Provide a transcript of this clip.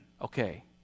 okay